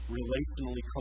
relationally